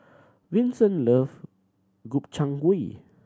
Vincent love Gobchang Gui